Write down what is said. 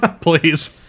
please